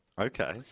Okay